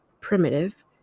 primitive